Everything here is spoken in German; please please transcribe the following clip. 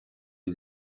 sie